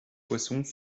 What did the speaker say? poissons